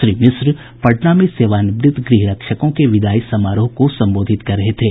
श्री मिश्र पटना में सेवानिव्रत गृह रक्षको के विदाई समारोह को संबोधित कर रहे थे